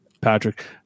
patrick